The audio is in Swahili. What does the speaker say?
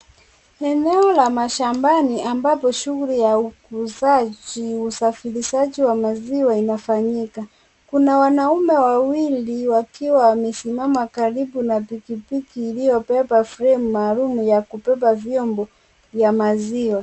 Eneo la mashamba ambapo shughuli ya ukuzaji uuzaji wa maziwa hufanyika. Kuna wanaume wawili wakiwa wamesimama karibu na pikipiki iliyobeba fremu maalumu ya kubeba vyombo vya maziwa.